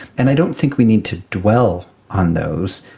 and i don't think we need to dwell on those,